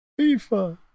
FIFA